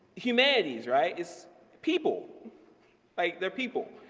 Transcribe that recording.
humanities right, it's people like they're people.